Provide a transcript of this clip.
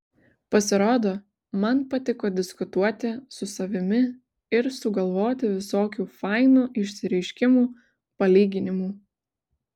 pasirodo man patiko diskutuoti su savimi ir sugalvoti visokių fainų išsireiškimų palyginimų